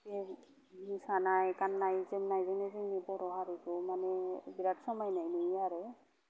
बे मोसानाय गाननाय जोमनायजोंनो जोंनि बर' हारिखौ माने बिराद समायनाय नुयो आरो